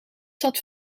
zat